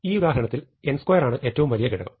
ഈ ഉദാഹരണത്തിൽ n2 ആണ് ഏറ്റവും വലിയ ഘടകം